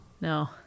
No